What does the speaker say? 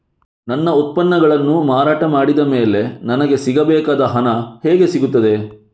ನನ್ನ ಉತ್ಪನ್ನಗಳನ್ನು ಮಾರಾಟ ಮಾಡಿದ ಮೇಲೆ ನನಗೆ ಸಿಗಬೇಕಾದ ಹಣ ಹೇಗೆ ಸಿಗುತ್ತದೆ?